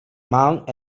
mount